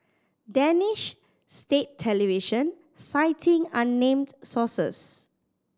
Danish state television citing unnamed sources